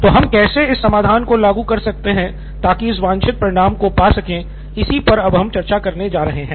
तो हम कैसे इस समाधान को लागू कर सकते हैं ताकि इस वांछित परिणाम को पा सके इसी पर अब हम चर्चा करने जा रहे हैं